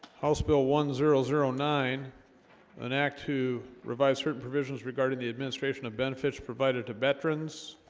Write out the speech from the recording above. house bill one zero zero nine an act to revise certain provisions regarding the administration of benefits provided to veterans